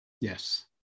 Yes